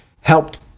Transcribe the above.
helped